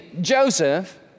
Joseph